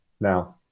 Now